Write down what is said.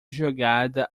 jogada